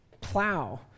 plow